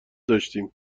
داشتیم